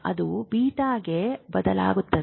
ಅದು ಬೀಟಾಗೆ ಬದಲಾಗುತ್ತದೆ